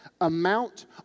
amount